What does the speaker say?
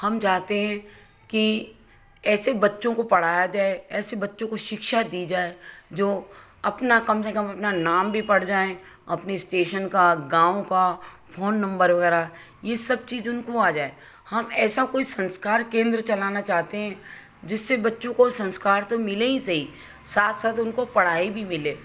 हम चाहते हैं कि ऐसे बच्चों को पढ़ाया जाए ऐसे बच्चों को शिक्षा दी जाए जो अपना कम से कम अपना नाम भी पढ़ जाए अपने स्टेशन का गाँव का फ़ोन नम्बर वगैरह यह सब चीज़ उनको आ जाए हम ऐसा कोई संस्कार केंद्र चलाना चाहते हैं जिससे बच्चों को संस्कार तो मिले ही सही साथ साथ उनको पढ़ाई भी मिले